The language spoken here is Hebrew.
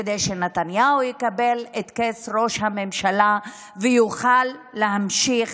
כדי שנתניהו יקבל את כס ראש הממשלה ויוכל להמשיך